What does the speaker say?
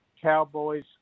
cowboys